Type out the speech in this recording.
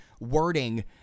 wording